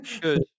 Good